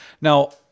Now